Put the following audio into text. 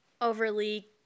overly